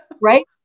right